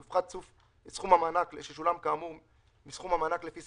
יחולו ההוראות הבאות: על אף האמור בתקנות לפי סעיף